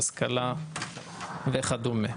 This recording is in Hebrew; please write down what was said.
השכלה וכדומה.